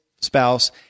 spouse